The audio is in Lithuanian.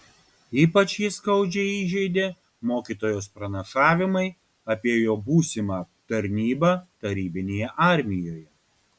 ypač jį skaudžiai įžeidė mokytojos pranašavimai apie jo būsimą tarnybą tarybinėje armijoje